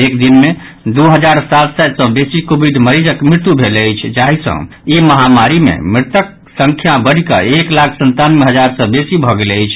एक दिन मे दू हजार सात सय सँ बेसी कोविड मरीजक मृत्यु भेल अछि जाहि सँ ई महामारी मे मृतक संख्या बढ़िकऽ एक लाख संतानवे हजार सँ बेसी भऽ गेल अछि